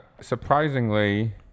surprisingly